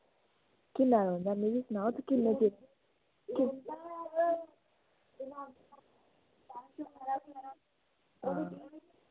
किन्ना रौंह्दा मिगी सनाओ ते किन्ने चिर